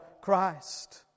Christ